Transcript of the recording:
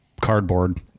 cardboard